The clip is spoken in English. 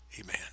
amen